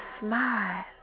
smile